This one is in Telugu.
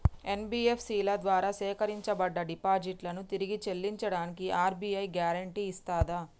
ఎన్.బి.ఎఫ్.సి ల ద్వారా సేకరించబడ్డ డిపాజిట్లను తిరిగి చెల్లించడానికి ఆర్.బి.ఐ గ్యారెంటీ ఇస్తదా?